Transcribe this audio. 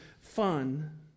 fun